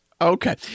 Okay